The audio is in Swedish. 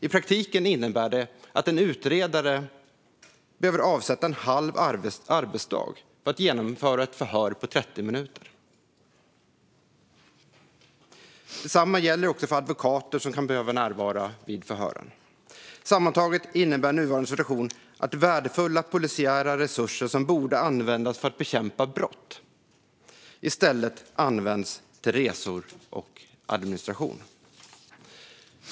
I praktiken innebär det att en utredare kan behöva avsätta en halv arbetsdag för att genomföra ett 30 minuter långt förhör. Detsamma gäller för de advokater som kan behöva närvara vid förhören. Sammantaget innebär nuvarande situation att värdefulla polisiära resurser som borde användas för att bekämpa brott i stället används för resor och administration.